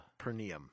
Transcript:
Pernium